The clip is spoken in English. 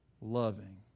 loving